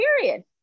period